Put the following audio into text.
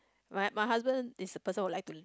my my husband is a person who like to